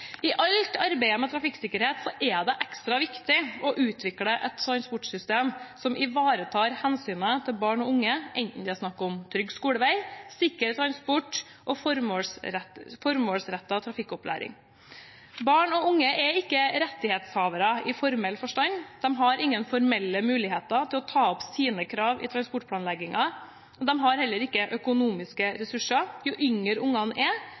I alt arbeidet med trafikksikkerhet er det ekstra viktig å utvikle et transportsystem som ivaretar hensynet til barn og unge, enten det er snakk om trygg skolevei, sikker transport eller formålsrettet trafikkopplæring. Barn og unge er ikke rettighetshavere i formell forstand. De har ingen formelle muligheter til å ta opp sine krav i transportplanleggingen. De har heller ikke økonomiske ressurser. Jo yngre ungene er,